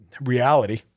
reality